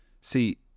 See